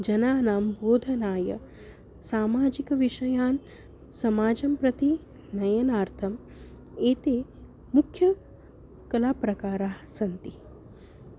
जनानां बोधनाय सामाजिकविषयान् समाजं प्रति नयनार्थम् एते मुख्यकलाप्रकाराः सन्ति